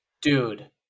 dude